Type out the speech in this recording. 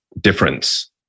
difference